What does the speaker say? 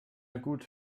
gut